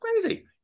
crazy